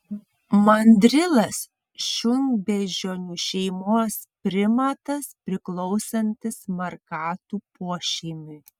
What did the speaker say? mandrilas šunbeždžionių šeimos primatas priklausantis markatų pošeimiui